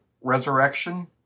resurrection